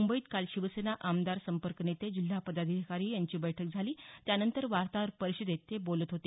मुंबईत काल शिवसेना आमदार संपर्क नेते जिल्हा पदाधिकारी यांची बैठक झाली त्यानंतर वार्ताहर परिषदेत ते बोलत होते